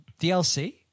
DLC